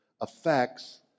affects